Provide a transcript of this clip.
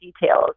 details